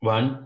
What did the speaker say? One